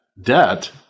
debt